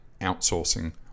outsourcing